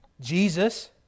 Jesus